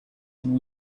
and